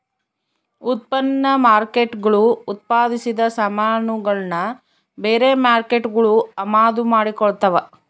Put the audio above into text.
ಉತ್ಪನ್ನ ಮಾರ್ಕೇಟ್ಗುಳು ಉತ್ಪಾದಿಸಿದ ಸಾಮಾನುಗುಳ್ನ ಬೇರೆ ಮಾರ್ಕೇಟ್ಗುಳು ಅಮಾದು ಮಾಡಿಕೊಳ್ತದ